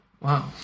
Wow